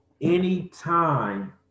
anytime